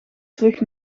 terug